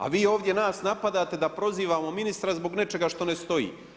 A vi ovdje nas napadate da prozivamo ministra zbog nečega što ne stoji.